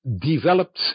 developed